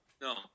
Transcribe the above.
no